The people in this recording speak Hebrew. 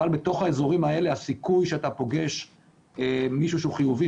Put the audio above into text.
אבל בתוך האזורים האלה הסיכוי שאתה פוגש מישהו חיובי,